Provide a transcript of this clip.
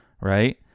Right